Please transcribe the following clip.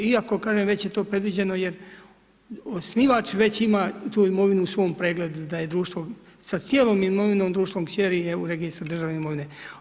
Iako, kažem, već je to predviđeno, jer osnivač već ima tu imovinu u svom pregledu da je društvo sa cijelom imovinom društvo kćeri je u registru državne imovne.